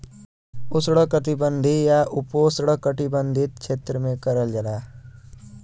उष्णकटिबंधीय या उपोष्णकटिबंधीय क्षेत्र में करल जाला